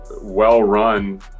well-run